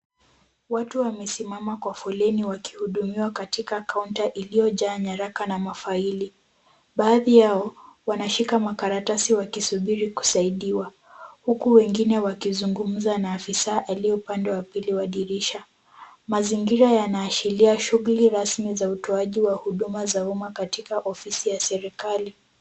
Watu wamesimama kwa foleni wakihudumiwa katika kaunta iliyojaa nyaraka na mafaili. Baadhi yao wanashika makaratasi wakisubiri kusaidiwa. Huku wengine wakizungumza na afisa aliye upande wa pili wa dirisha. Mazingira yanashiria shughuli rasmi za utoaji wa huduma za umma katika ofisi ya serikali.